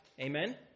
Amen